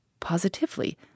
Positively